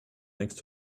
next